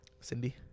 Cindy